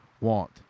want